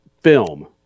film